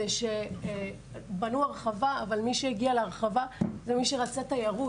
זה שבנו הרחבה אבל מי שהגיע להרחבה ומי שרצה תיירות,